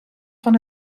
van